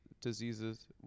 diseases